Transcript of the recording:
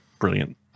Brilliant